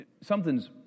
something's